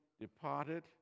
departed